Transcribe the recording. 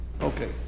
Okay